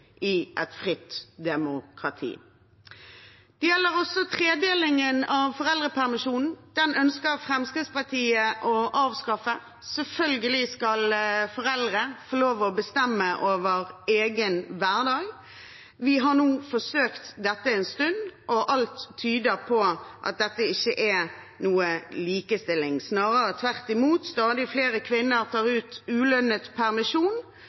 i et fritt demokrati. Videre gjelder det tredelingen av foreldrepermisjonen. Den ønsker Fremskrittspartiet å avskaffe. Selvfølgelig skal foreldre få lov å bestemme over egen hverdag. Vi har nå forsøkt dette en stund, og alt tyder på at dette ikke er likestilling, snarere tvert imot – stadig flere kvinner tar ut ulønnet permisjon,